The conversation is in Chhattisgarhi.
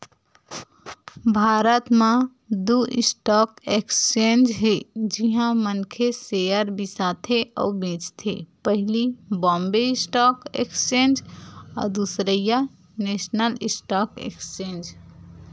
भारत म दू स्टॉक एक्सचेंज हे जिहाँ मनखे सेयर बिसाथे अउ बेंचथे पहिली बॉम्बे स्टॉक एक्सचेंज अउ दूसरइया नेसनल स्टॉक एक्सचेंज